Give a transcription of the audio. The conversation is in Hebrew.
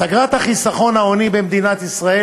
סגרה את החיסכון ההוני במדינת ישראל